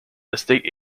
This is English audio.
estate